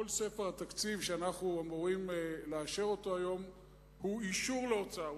כל ספר התקציב שאנחנו אמורים לאשר היום הוא אישור להוצאה.